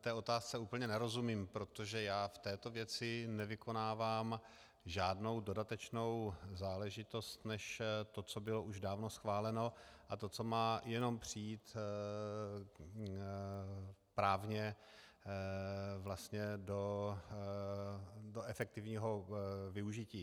té otázce úplně nerozumím, protože já v této věci nevykonávám žádnou dodatečnou záležitost než to, co bylo už dávno schváleno, a to, co má jenom přijít právně vlastně do efektivního využití.